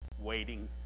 waiting